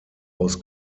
aus